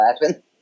laughing